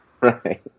Right